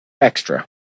extra